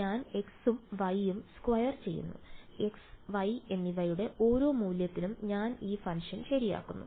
ഞാൻ x ഉം y ഉം സ്ക്വയർ ചെയ്യുന്നു x y എന്നിവയുടെ ഓരോ മൂല്യത്തിലും ഞാൻ ഈ ഫംഗ്ഷൻ ശരിയാക്കുന്നു